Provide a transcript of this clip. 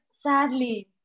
sadly